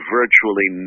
virtually